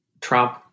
Trump